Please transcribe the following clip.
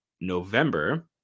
November